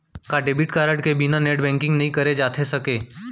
का debit card के बिना नेट बैंकिंग नई करे जाथे सके?